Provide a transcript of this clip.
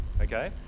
Okay